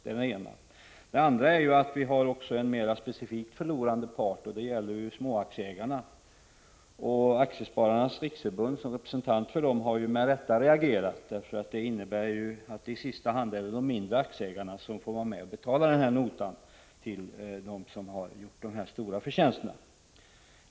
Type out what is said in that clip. Den andra aspekten är att vi har en mer specifikt förlorande part, nämligen småaktieägarna. Aktiespararnas riksförbund, som representerar dessa, har med rätta reagerat. Denna affär innebär nämligen att det i sista hand är de mindre aktieägarna som får vara med och betala den här notan till dem som har gjort de stora förtjänsterna.